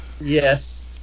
Yes